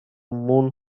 moon